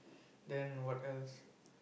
then what else